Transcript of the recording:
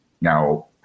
now